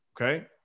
okay